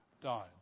died